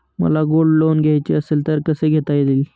मला gold loan घ्यायचे असेल तर कसे घेता येईल?